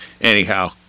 Anyhow